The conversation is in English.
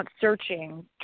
searching